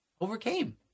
overcame